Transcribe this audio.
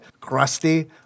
crusty